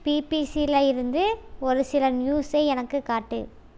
பிபிசியில இருந்து ஒரு சில நியூஸை எனக்கு காட்டு